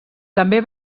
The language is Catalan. també